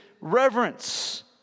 reverence